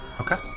Okay